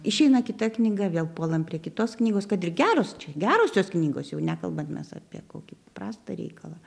išeina kita knyga vėl puolam prie kitos knygos kad ir geros čia gerosios jos knygos jau nekalbam mes apie kokį paprastą reikalą